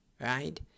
right